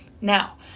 Now